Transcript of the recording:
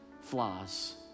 flaws